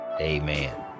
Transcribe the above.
amen